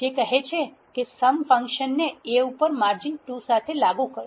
જે કહે છે કે સમ ફંક્શનને A ઉપર માર્જિન 2 સાથે લાગુ કરો